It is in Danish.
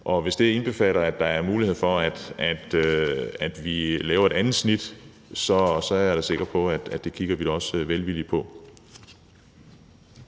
hvis det indbefatter, at der er mulighed for, at vi laver et andet snit, er jeg da sikker på, at vi også vil kigge velvilligt på